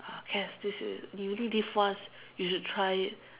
uh have this is you only live once you should try it